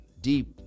deep